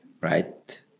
Right